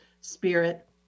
spirit